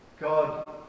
God